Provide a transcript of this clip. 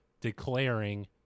declaring